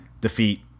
defeat